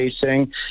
facing